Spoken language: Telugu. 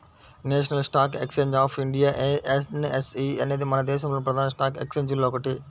national stock exchange of India NSE అనేది మన దేశంలోని ప్రధాన స్టాక్ ఎక్స్చేంజిల్లో ఒకటి